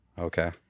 okay